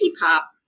Pop